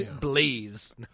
Please